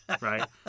Right